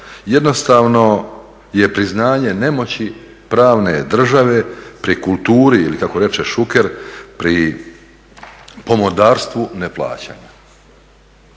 jednostavno je priznanje nemoći pravne države pri kulturi ili kako reče Šuker pri pomodarstvu neplaćanja.